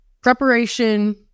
preparation